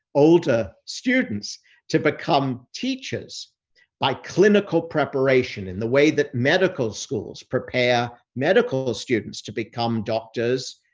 older students to become teachers by clinical preparation and the way that medical schools prepare medical ah students to become doctors,